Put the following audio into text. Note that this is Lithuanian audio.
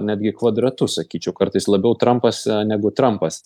netgi kvadratu sakyčiau kartais labiau trampas negu trampas